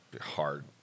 hard